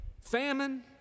famine